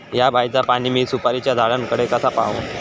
हया बायचा पाणी मी सुपारीच्या झाडान कडे कसा पावाव?